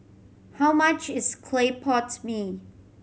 how much is clay pot mee